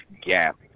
gap